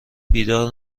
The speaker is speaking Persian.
بیدار